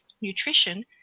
nutrition